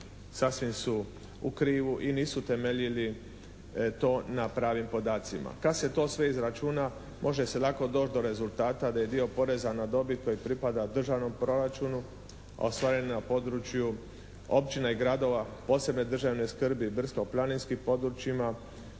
sasvim su u krivu i nisu temeljili to na pravim podacima. Kad se to sve izračuna može se lako doći do rezultata da je dio poreza na dobit koji pripada državnom proračunu ostvaren na području općina i gradova posebne državne skrbi, brdsko-planinskim područjima.